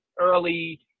early